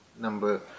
number